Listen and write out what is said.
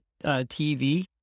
TV